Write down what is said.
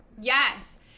Yes